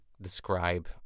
describe